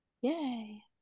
yay